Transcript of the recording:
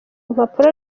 mpapuro